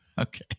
Okay